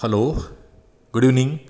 hello good evening